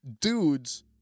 dudes